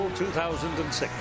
2006